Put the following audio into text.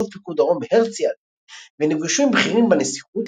ואלוף פיקוד דרום הרצי הלוי ונפגשו עם בכירים בנסיכות,